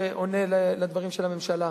שעונה בדברים של הממשלה,